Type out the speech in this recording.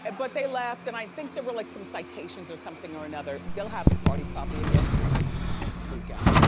and but they laughed and i think there were like some citations or something or another, they'll have the party probably again next weekend. yeah.